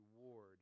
reward